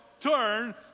turn